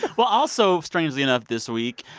but well, also strangely enough this week,